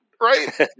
right